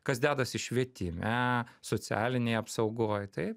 kas dedasi švietime socialinėj apsaugoj taip